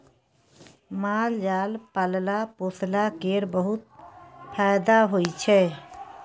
माल जाल पालला पोसला केर बहुत फाएदा होइ छै